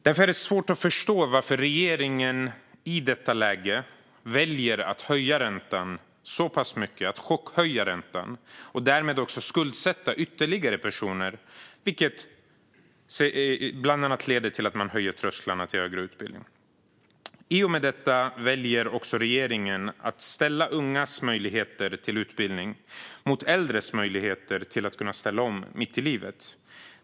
Därför är det svårt att förstå varför regeringen i detta läge väljer att höja räntan så pass mycket - man chockhöjer den - och därmed skuldsätta ytterligare personer, vilket bland annat leder till att man höjer trösklarna till högre utbildning. I och med detta väljer regeringen även att ställa ungas möjligheter till utbildning mot äldres möjligheter att ställa om mitt i livet.